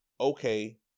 okay